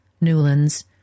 Newlands